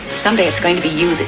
someday it's going to be you.